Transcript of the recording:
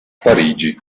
parigi